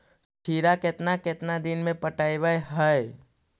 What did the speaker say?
खिरा केतना केतना दिन में पटैबए है?